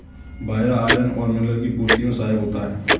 बाजरा iron और mineral की पूर्ति में सहायक होता है